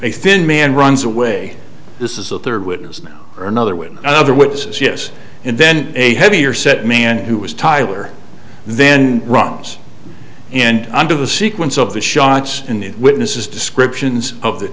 thin man runs away this is the third witness now or another with other witnesses yes and then a heavier set man who was tyler then runs and under the sequence of the shots in the witnesses descriptions of the